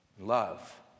...love